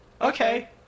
Okay